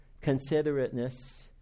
considerateness